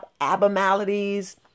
abnormalities